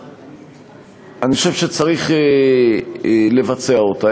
אני חושב שצריך לבצע אותה,